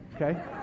okay